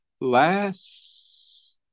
Last